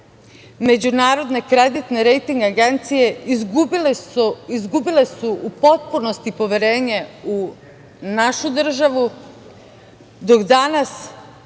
međunarodne kreditne rejting agencije, izgubile su u potpunosti poverenje u našu državu, dok danas